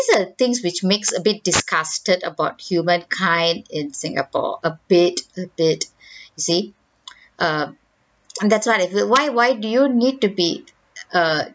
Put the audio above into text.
are the things which makes a bit disgusted about humankind in singapore a bit a bit you see err and that's why I feel why why do you need to be err